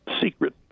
secret